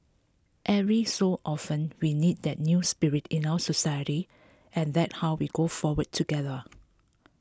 every so often we need that new spirit in our society and that how we go forward together